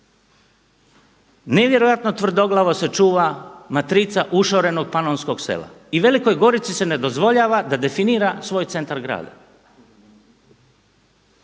Nevjerojatna tvrdoglavo se čuva matrica ušorenog panonskog sela i Velikoj Gorici se ne dozvoljava da definira svoj centar grada.